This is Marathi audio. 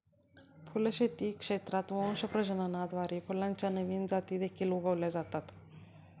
फुलशेती क्षेत्रात वंश प्रजननाद्वारे फुलांच्या नवीन जाती देखील उगवल्या जातात